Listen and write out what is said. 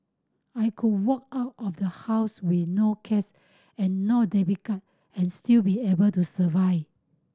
I could walk out of the house with no cash and no debit card and still be able to survive